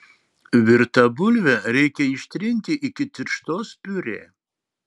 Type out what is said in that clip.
virtą bulvę reikia ištrinti iki tirštos piurė